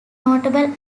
notable